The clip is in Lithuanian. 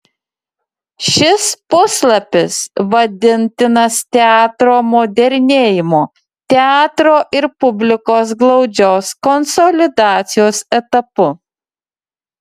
šis puslapis vadintinas teatro modernėjimo teatro ir publikos glaudžios konsolidacijos etapu